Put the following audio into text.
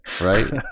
right